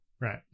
right